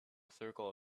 circle